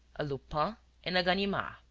a lupin and a ganimard.